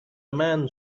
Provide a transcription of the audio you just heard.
man